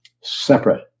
separate